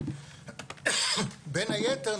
בין היתר,